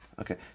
Okay